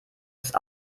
ist